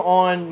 on